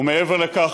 ומעבר לכך,